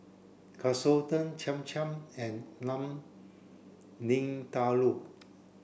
Katsudon Cham Cham and Lamb Vindaloo